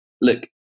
Look